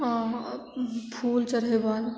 हँ फूल चढ़ेबनि